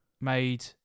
made